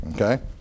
Okay